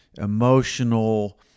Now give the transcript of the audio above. emotional